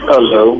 Hello